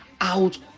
out